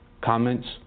comments